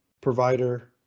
provider